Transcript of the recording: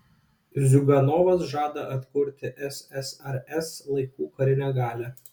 ziuganovas žada atkurti ssrs laikų karinę galią